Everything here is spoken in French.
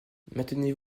maintenez